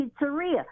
pizzeria